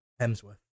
Hemsworth